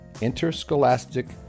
Interscholastic